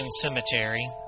Cemetery